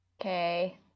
Okay